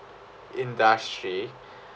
industry